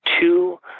two